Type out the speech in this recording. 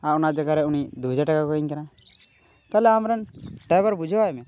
ᱟᱨ ᱚᱱᱟ ᱚᱱᱟ ᱡᱟᱭᱜᱟ ᱨᱮ ᱩᱱᱤ ᱫᱩ ᱦᱟᱡᱟᱨ ᱴᱟᱠᱟᱭ ᱠᱚᱭᱤᱧ ᱠᱟᱱᱟ ᱛᱟᱦᱚᱞᱮ ᱟᱢᱨᱮᱱ ᱰᱟᱭᱵᱷᱟᱨ ᱵᱩᱡᱷᱟᱹᱣᱟᱭ ᱢᱮ